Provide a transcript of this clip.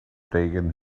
taken